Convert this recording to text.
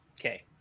Okay